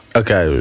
okay